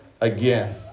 again